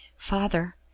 father